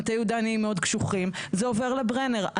מטה יהודה נהיים מאוד קשוחים זה עובר לברנר.